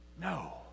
No